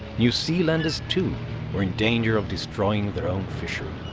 new zealanders, too, were in danger of destroying their own fishery.